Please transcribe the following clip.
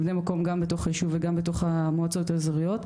בני מקום גם בתוך היישוב וגם בתוך המועצות האזוריות,